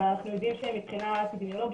אבל אנחנו יודעים שמבחינה אפידמיולוגית,